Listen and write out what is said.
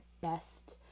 best